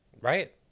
Right